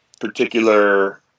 particular